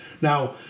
Now